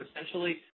essentially